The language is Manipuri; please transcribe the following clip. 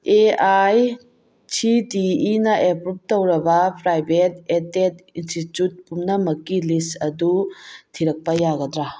ꯑꯦ ꯑꯥꯏ ꯁꯤ ꯇꯤ ꯏꯅ ꯑꯦꯄ꯭ꯔꯨꯕ ꯇꯧꯔꯕ ꯄ꯭ꯔꯥꯏꯕꯦꯠ ꯑꯦꯗꯦꯠ ꯏꯟꯁꯇꯤꯇ꯭ꯌꯨꯠ ꯄꯨꯝꯅꯃꯛꯀꯤ ꯂꯤꯁ ꯑꯗꯨ ꯊꯤꯔꯛꯄ ꯌꯥꯒꯗ꯭ꯔꯥ